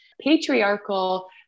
patriarchal